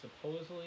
supposedly